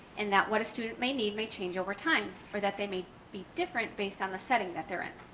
and that what a student may need may change over time, or that they may be different based on the setting that they're in.